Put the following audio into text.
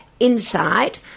Inside